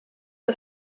der